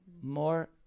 more